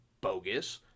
bogus